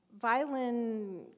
violin